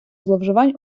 зловживань